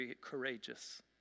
courageous